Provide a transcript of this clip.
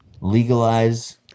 legalize